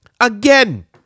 Again